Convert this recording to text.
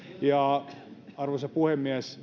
ja arvoisa puhemies